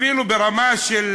אפילו ברמה של,